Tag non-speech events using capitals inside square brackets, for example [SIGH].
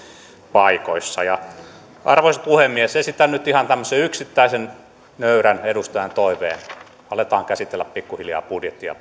paikoissa arvoisa puhemies esitän nyt ihan tämmöisen yksittäisen nöyrän edustajan toiveen aletaan käsitellä pikkuhiljaa budjettia [UNINTELLIGIBLE]